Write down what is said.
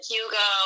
Hugo